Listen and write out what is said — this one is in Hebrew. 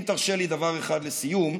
אם תרשה לי דבר אחד לסיום,